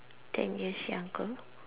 ten years younger